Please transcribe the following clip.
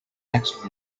next